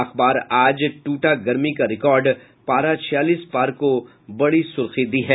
अखबार आज टूटा गर्मी का रिकार्ड पारा छियालीस पार को बड़ी सुर्खी दी है